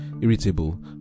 irritable